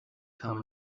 come